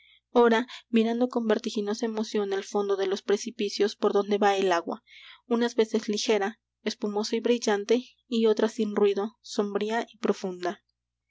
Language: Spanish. ora mirando con vertiginosa emoción el fondo de los precipicios por donde va el agua unas veces ligera espumosa y brillante y otras sin ruido sombría y profunda